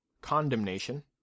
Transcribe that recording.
condemnation